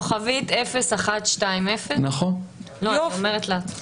24/7 - לא כמעט,